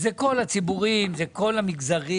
זה נוגע לכל הציבורים ולכל המגזרים.